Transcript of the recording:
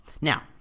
Now